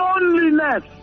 loneliness